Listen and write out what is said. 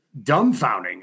dumbfounding